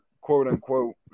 quote-unquote